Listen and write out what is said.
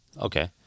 Okay